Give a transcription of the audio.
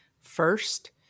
first